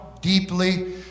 deeply